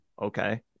Okay